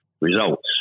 results